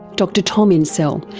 dr tom insel,